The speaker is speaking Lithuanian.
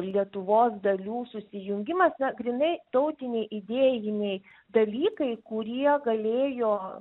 lietuvos dalių susijungimas na grynai tautiniai idėjiniai dalykai kurie galėjo